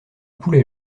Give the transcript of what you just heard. poulet